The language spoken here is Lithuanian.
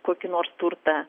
kokį nors turtą